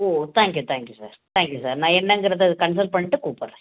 ஓ thank you thank you sir thank you sir நான் என்னங்கிறதை அது கன்சல்ட் பண்ணிட்டு கூப்பிட்றேன்